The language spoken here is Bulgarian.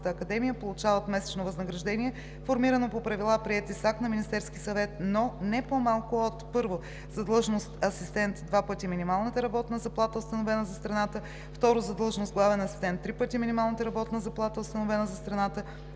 академия, получават месечно възнаграждение, формирано по правила, приети с акт на Министерския съвет, но не по-малко от: 1. за длъжност „асистент“ – два пъти минималната работна заплата, установена за страната; 2. за длъжност „главен асистент“ – три пъти минималната работна заплата, установена за страната;